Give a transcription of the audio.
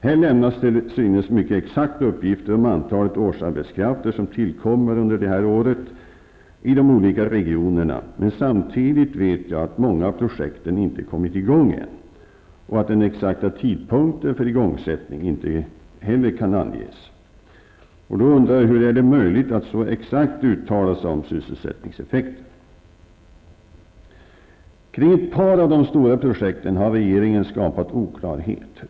Här lämnas till synes mycket exakta uppgifter om antalet årsarbetskrafter som tillkommer under detta år i de olika regionerna, men samtidigt vet vi att många av projekten inte har kommit i gång än och att den exakta tidpunkten för igångsättning inte heller kan anges. Då undrar jag hur det är möjligt att så exakt uttala sig om sysselsättningseffekten. Kring ett par av de stora projekten har regeringen skapat oklarhet.